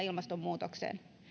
ilmastonmuutokseen